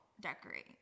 decorate